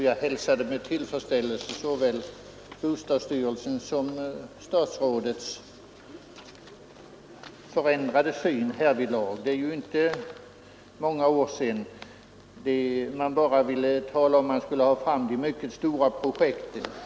Jag hälsade med tillfredsställelse såväl bostadsstyrelsens som statsrådes förändrade syn härvidlag. Det är inte många år sedan som man bara ville ha fram de stora projekten.